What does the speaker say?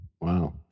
Wow